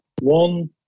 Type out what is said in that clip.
one